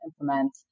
implement